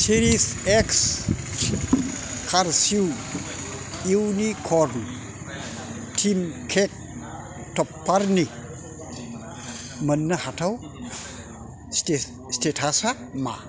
चेरिश X cursive unicorn theme cake टप्पारनि मोन्नो हाथाव स्टेटासा मा